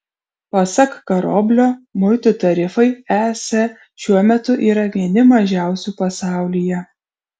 pasak karoblio muitų tarifai es šiuo metu yra vieni mažiausių pasaulyje